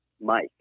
Mike